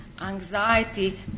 anxiety